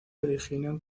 originan